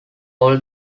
all